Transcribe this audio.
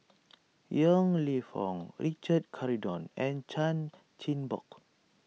Yong Lew Foong Richard Corridon and Chan Chin Bock